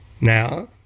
Now